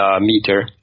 meter